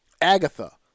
Agatha